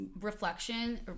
reflection